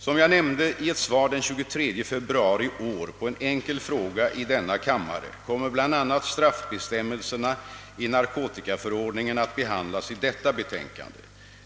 Som jag nämnde i ett svar den 23 februari i år på en enkel fråga i denna kammare kommer bl.a. straffbestämmelserna i =: narkotikaförordningen att behandlas i detta betänkande.